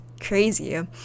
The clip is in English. crazy